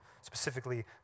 specifically